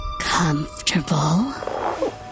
Comfortable